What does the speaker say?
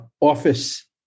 office